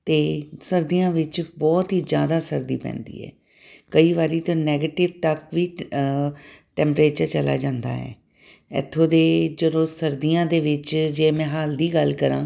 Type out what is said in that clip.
ਅਤੇ ਸਰਦੀਆਂ ਵਿੱਚ ਬਹੁਤ ਹੀ ਜ਼ਿਆਦਾ ਸਰਦੀ ਪੈਂਦੀ ਹੈ ਕਈ ਵਾਰੀ ਤਾਂ ਨੈਗੇਟਿਵ ਤੱਕ ਵੀ ਟੈਂਪਰੇਚਰ ਚਲਾ ਜਾਂਦਾ ਹੈ ਇੱਥੋਂ ਦੇ ਜਦੋਂ ਸਰਦੀਆਂ ਦੇ ਵਿੱਚ ਜੇ ਮੈਂ ਹਾਲ ਦੀ ਗੱਲ ਕਰਾਂ